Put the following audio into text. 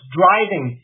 driving